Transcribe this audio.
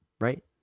right